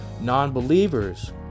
Non-believers